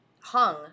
hung